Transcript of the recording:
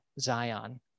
Zion